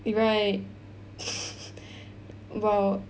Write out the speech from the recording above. eh right !wow!